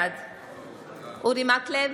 בעד אורי מקלב,